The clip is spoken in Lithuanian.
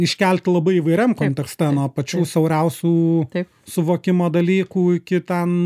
iškelt labai įvairiam kontekste nuo pačių siauriausių suvokimo dalykų iki tam